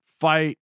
fight